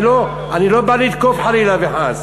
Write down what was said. אני לא בא לתקוף, חלילה וחס.